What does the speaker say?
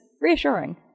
reassuring